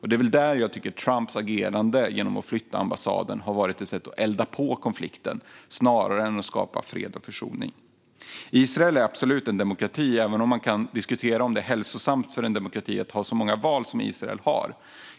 Det är där jag tycker att Trumps agerande att flytta ambassaden har varit ett sätt att elda på konflikten snarare än att skapa fred och försoning. Israel är absolut en demokrati, även om man kan diskutera om det är hälsosamt för en demokrati att ha så många val som Israel.